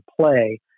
play